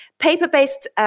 Paper-based